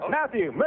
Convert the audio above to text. Matthew